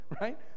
right